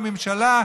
במקום ראוי.